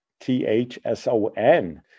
T-H-S-O-N